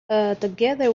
together